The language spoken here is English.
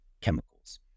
chemicals